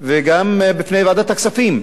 וגם בפני ועדת הכספים.